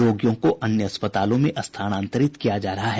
रोगियों को अन्य अस्पतालों में स्थानांतरित किया जा रहा है